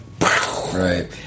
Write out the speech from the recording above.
right